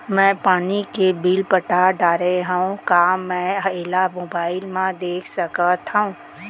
मैं पानी के बिल पटा डारे हव का मैं एला मोबाइल म देख सकथव?